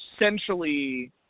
essentially